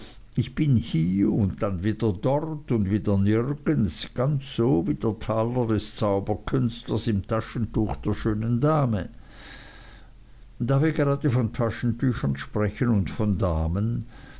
ich bin hier und dann wieder dort und wieder nirgends ganz so wie der taler des zauberkünstlers im taschentuch der schönen dame da wir grade von taschentüchern sprechen und von damen